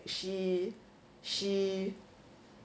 she she